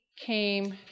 came